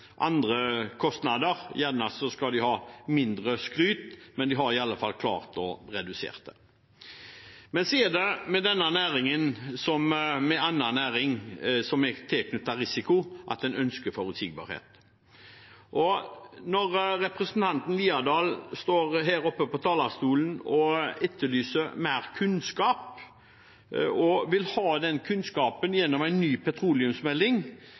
andre, kostnader, skal de ha mindre skryt, men de har i alle fall klart å redusere det. Men så er det med denne næringen som med andre næringer som er tilknyttet risiko, at man ønsker forutsigbarhet. Når representanten Haukeland Liadal står her oppe på talerstolen og etterlyser mer kunnskap og vil ha den kunnskapen gjennom en ny petroleumsmelding,